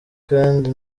kandi